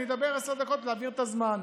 אני אדבר עשר דקות להעביר את הזמן.